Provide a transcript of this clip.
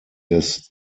des